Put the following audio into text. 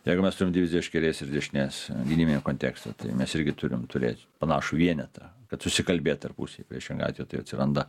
jeigu mes turim diviziją iš kairės ir dešinės gynybiniam kontekste tai mes irgi turim turėt panašų vienetą kad susikalbėt tarpusy priešingu atveju tai atsiranda